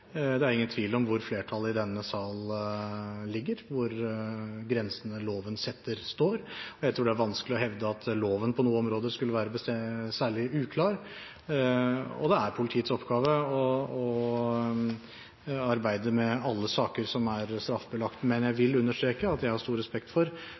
Det er ingen tvil om hvor flertallet i denne sal ligger, hvor grensene loven setter, står, og jeg tror det er vanskelig å hevde at loven på noe område skulle være særlig uklar. Det er politiets oppgave å arbeide med alle saker som er straffbelagte, men jeg vil understreke at jeg har stor respekt for